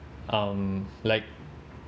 um like